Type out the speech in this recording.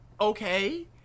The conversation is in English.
okay